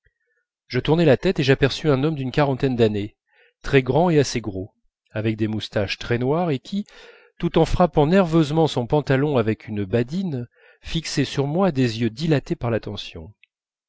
je tournai la tête et j'aperçus un homme d'une quarantaine d'années très grand et assez gros avec des moustaches très noires et qui tout en frappant nerveusement son pantalon avec une badine fixait sur moi des yeux dilatés par l'attention